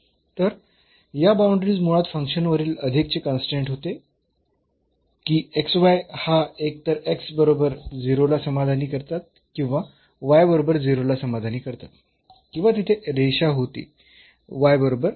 तर या बाऊंडरीज मुळात फंक्शन वरील अधिकचे कन्स्ट्रेन्ट होते की हा एकतर बरोबर 0 ला समाधानी करतात किंवा बरोबर 0 ला समाधानी करतात किंवा तिथे रेषा होती बरोबर आहे